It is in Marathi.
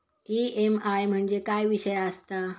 ई.एम.आय म्हणजे काय विषय आसता?